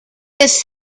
this